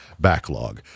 backlog